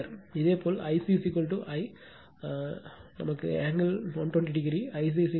இதே போல் Ic I angle 120o Ic 33